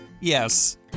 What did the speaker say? Yes